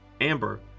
Amber